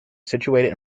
situated